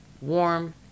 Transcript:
warm